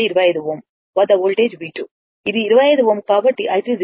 అంటే 25 Ω వద్ద voltage V2 ఇది 25 Ω